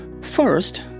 First